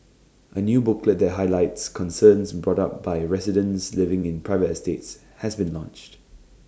A new booklet that highlights concerns brought up by residents living in private estates has been launched